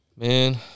Man